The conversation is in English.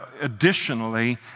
additionally